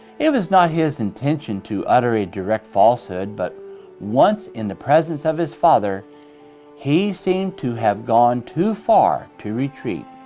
it was not his intention to utter a direct falsehood, but once in the presence of his father he seemed to have gone too far to retreat,